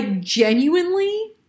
genuinely